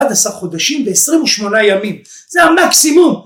‫אחד עשר חודשים ו-28 ימים. ‫זה המקסימום.